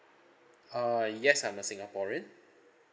err yes I'm a singaporean